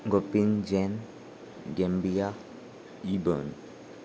गोपिन जन गमबिया इबन